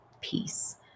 peace